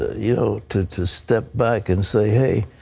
ah you know to to step back and say, hey,